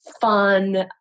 fun